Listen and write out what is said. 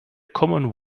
common